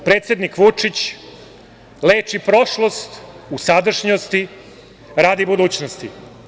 Predsednik Vučić leči prošlost u sadašnjosti radi budućnosti.